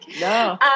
no